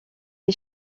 est